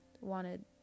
wanted